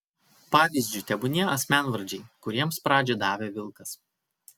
pavyzdžiu tebūnie asmenvardžiai kuriems pradžią davė vilkas